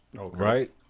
Right